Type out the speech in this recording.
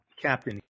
Captain